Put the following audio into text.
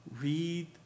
read